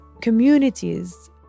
communities